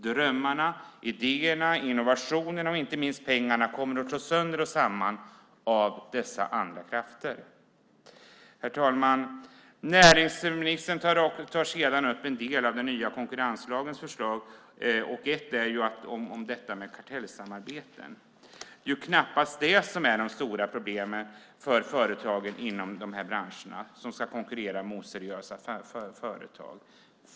Drömmarna, idéerna, innovationerna och inte minst pengarna kommer att slås sönder och samman av dessa andra krafter. Herr talman! Näringsministern tar sedan upp en del av den nya konkurrenslagens förslag. Ett handlar om kartellsamarbeten. Det är knappast det som är det stora problemet för företagen inom de här branscherna som ska konkurrera med oseriösa företag.